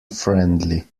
friendly